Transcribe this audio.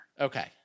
Okay